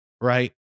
Right